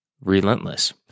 Relentless